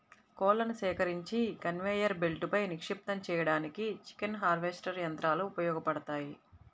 కోళ్లను సేకరించి కన్వేయర్ బెల్ట్పై నిక్షిప్తం చేయడానికి చికెన్ హార్వెస్టర్ యంత్రాలు ఉపయోగపడతాయి